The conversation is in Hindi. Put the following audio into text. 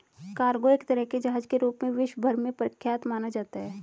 कार्गो एक तरह के जहाज के रूप में विश्व भर में प्रख्यात माना जाता है